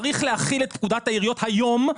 צריך להחיל את פקודת העיריות היום,